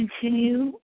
continue